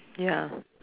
ya